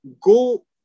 go